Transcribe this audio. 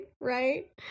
right